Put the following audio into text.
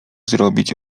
zrobić